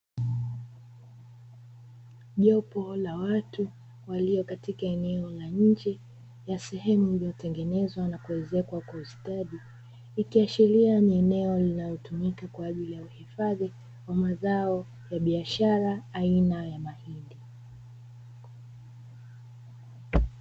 Jopo la watu walio katika eneo la nje ya sehemu iliyotengenezwa na kuezekwa kwa ustadi, ikiashiria ni eneo linalotumika kwa ajili ya uhifadhi wa mazao ya biashara aina ya mahindi.